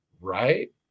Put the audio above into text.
right